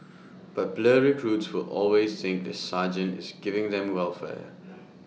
but blur recruits will always think the sergeant is giving them welfare